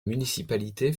municipalité